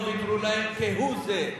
לא ויתרו להם כהוא-זה,